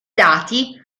dati